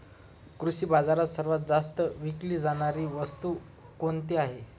कृषी बाजारात सर्वात विकली जाणारी वस्तू कोणती आहे?